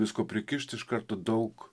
visko prikišti iš karto daug